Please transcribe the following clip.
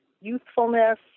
youthfulness